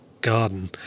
garden